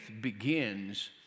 begins